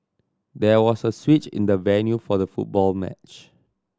there was a switch in the venue for the football match